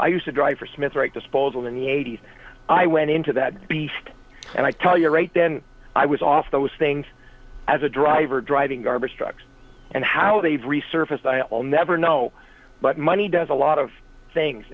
i used to drive for smith right disposal in the eighty's i went into that beast and i tell you right then i was off those things as a driver driving garbage trucks and how they've resurfaced i'll never know but money does a lot of things